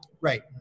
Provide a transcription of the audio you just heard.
Right